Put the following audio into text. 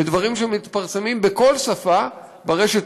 לדברים שמתפרסמים בכל שפה ברשת,